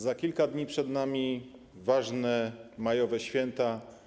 Za kilka dni przed nami ważne majowe święta.